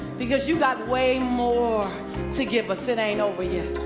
because you've got way more to give us, it ain't over yet.